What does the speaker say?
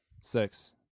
Six